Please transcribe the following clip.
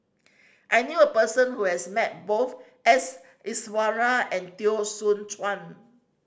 I knew a person who has met both S Iswaran and Teo Soon Chuan